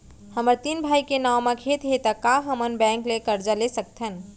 हमर तीन भाई के नाव म खेत हे त का हमन बैंक ले करजा ले सकथन?